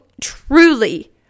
truly